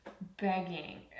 begging